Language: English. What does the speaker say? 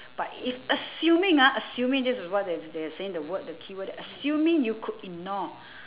but if assuming ah assuming this is what they are they are saying the word the keyword assuming you could ignore